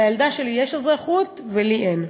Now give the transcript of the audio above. לילדה שלי יש אזרחות ולי אין.